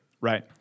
Right